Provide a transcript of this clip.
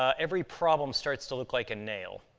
ah every problem starts to look like a nail.